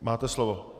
Máte slovo.